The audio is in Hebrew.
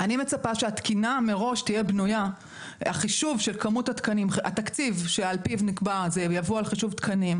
אני מצפה שמראש התקציב שעל פיו נקבע חישוב התקנים,